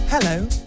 Hello